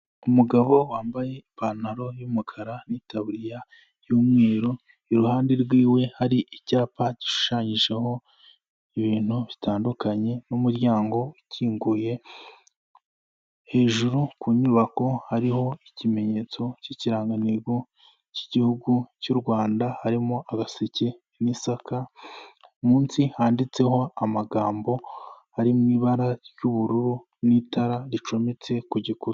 Umugabo wambaye ipantaro y'umukara n'itabiriya y'umweru iruhande rw'iwe hari icyapa gishushanyijeho ibintu bitandukanye n'umuryango ukinguye, hejuru ku nyubako hariho ikimenyetso cy'ikirangantego cy'igihugu cy'u Rwanda, harimo agaseke n'isaka munsi handitseho amagambo ari mu ibara ry'ubururu n'itara ricometse ku gikuta.